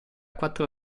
quattro